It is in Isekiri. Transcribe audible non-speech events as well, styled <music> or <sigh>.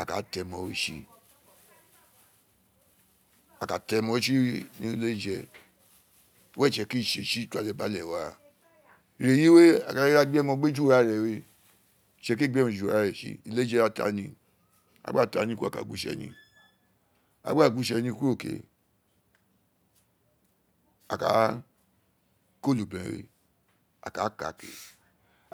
A ka ti emo ro tsi <noise> a ka, to emo ro tsi ni uliee je <noise> were itse kiri tse ru wa ale bi ate wa <noise> ira yi we <noise> a ka da gbi emo abe ju ri urare we <noise> itsi kiri ee gbe urun ju urare tsi <unintelligible> a ta ni <noise> a gba gu wi itse ni kuro ke <noise> a kaa <hesitation> ko obi ren ke <noise>